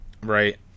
right